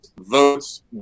votes